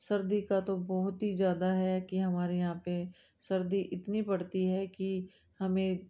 सर्दी का तो बहुत ही ज़्यादा है कि हमारे यहाँ पर सर्दी इतनी बढ़ती है की हमें